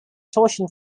torsion